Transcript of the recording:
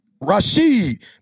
Rashid